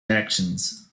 actions